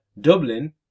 Dublin